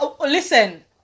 listen